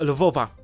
Lwowa